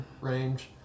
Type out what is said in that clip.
range